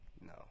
No